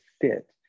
fit